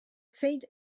saint